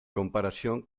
comparación